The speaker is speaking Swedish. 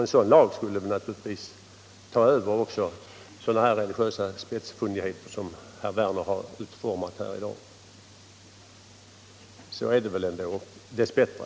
En sådan lag skulle givetvis ta över också sådana här religiösa spetsfundigheter som herr Werner i Malmö har utformat i dag. Så är det väl ändå — dess bättre.